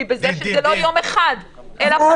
בזה שזה יהיה לא ביום אחד --- האמירה הזו לא מקובלת.